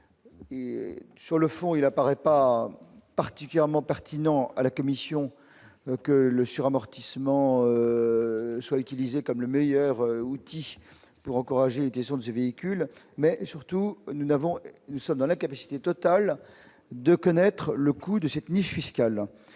sur le fond, il apparaît pas particulièrement pertinent à la commission que le suramortissement soit utilisé comme le meilleur outil pour encourager les questions du véhicule, mais surtout nous n'avons, nous sommes dans la capacité totale de connaître le coût de cette niche fiscale